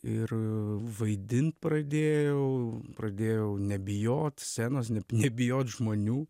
ir vaidint pradėjau pradėjau nebijot scenos nebijot žmonių